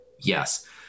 Yes